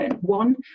one